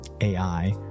AI